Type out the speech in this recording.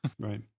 Right